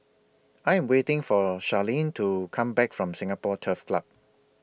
I Am waiting For Sharlene to Come Back from Singapore Turf Club